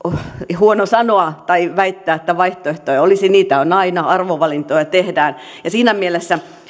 huono sanoa tai väittää että vaihtoehtoja ei olisi niitä on aina arvovalintoja tehdään siinä mielessä